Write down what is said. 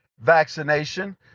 vaccination